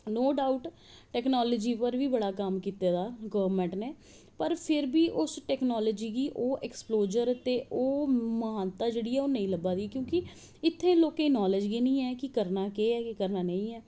नो doubt technology पर बी बड़ा कम्म कीते दा ऐ गौरमैंट नै पर फिर बी उस टैकनॉलजी गी ओह् ऐक्सपलोज़र ते मानता नेंई लब्भा दी क्योंकि ओह् इत्थें लोकें गी नॉलेज़ गै नी ऐ करनां केह् ऐ ते केह् नेंई